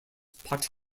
potty